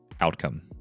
outcome